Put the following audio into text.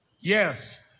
Yes